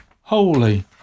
holy